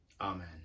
Amen